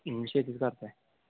मग शेतीच करत आहे